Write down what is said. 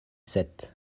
sept